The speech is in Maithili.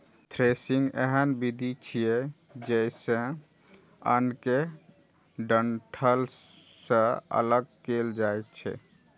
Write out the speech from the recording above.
थ्रेसिंग एहन विधि छियै, जइसे अन्न कें डंठल सं अगल कैल जाए छै